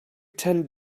ten